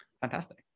Fantastic